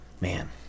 Man